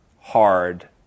hard